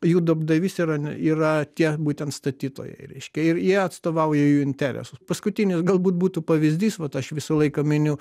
jų darbdavys yra yra tie būtent statytojai reiškia ir jie atstovauja jų interesus paskutinis galbūt būtų pavyzdys vat aš visą laiką miniu